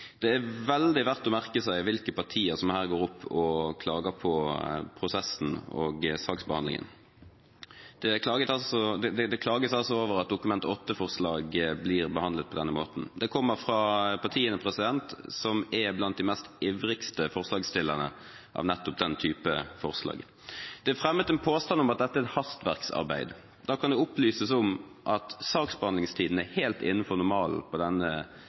Det er veldig verdt å merke seg hvilke partier som her går opp og klager på prosessen og saksbehandlingen. Det klages over at Dokument 8-forslaget blir behandlet på denne måten. Det kommer fra partiene som er blant de mest ivrige forslagsstillerne av nettopp den typen forslag. Det er fremmet en påstand om at dette er et hastverksarbeid. Da kan det opplyses om at saksbehandlingstiden er helt innenfor normalen på